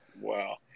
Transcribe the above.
wow